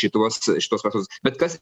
šituos šituos vartus bet kas